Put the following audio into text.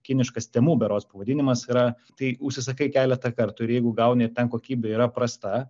kiniškas temu berods pavadinimas yra tai užsisakai keletą kartų ir jeigu gauni ten kokybė yra prasta